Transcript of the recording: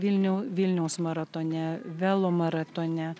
vilniau vilniaus maratone velomaratone